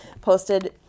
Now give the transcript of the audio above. posted